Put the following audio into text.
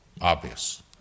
obvious